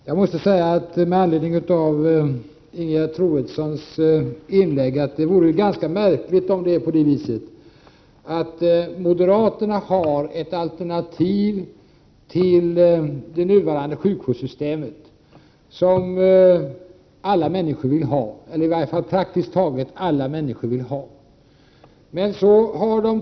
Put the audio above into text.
Herr talman! Jag måste med anledning av Ingegerd Troedssons inlägg säga att det vore ganska märkligt om moderaterna har ett alternativ till det nuvarande sjukvårdssystemet, ett alternativ som praktiskt taget alla människor vill ha.